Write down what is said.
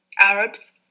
Arabs